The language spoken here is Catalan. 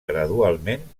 gradualment